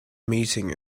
meeting